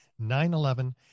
9-11